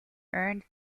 earned